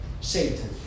Satan